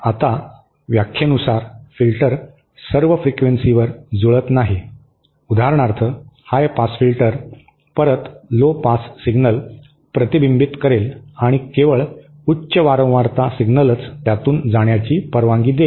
आता व्याख्येनुसार फिल्टर सर्व फ्रिक्वेन्सीवर जुळत नाही उदाहरणार्थ हाय पास फिल्टर परत लो पास सिग्नल प्रतिबिंबित करेल आणि केवळ उच्च वारंवारता सिग्नलच त्यातून जाण्याची परवानगी देईल